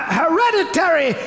hereditary